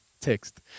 text